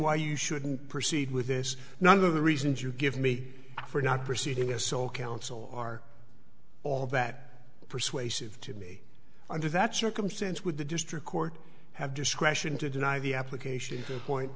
why you shouldn't proceed with this none of the reasons you give me for not proceeding as so counsel are all that persuasive to me under that circumstance would the district court have discretion to deny the application to the point